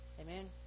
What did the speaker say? Amen